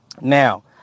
Now